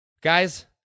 Guys